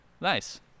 nice